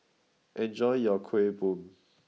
enjoy your Kuih Bom